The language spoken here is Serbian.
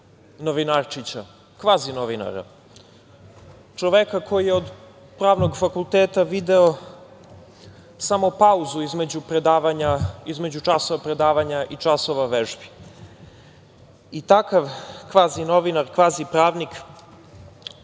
„novinarčića“, kvazi novinara, čoveka koji je od Pravnog fakulteta video samo pauzu između časova predavanja i časova vežbi i takav kvazi novinar, kvazi pravnik